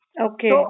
Okay